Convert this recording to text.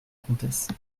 comtesse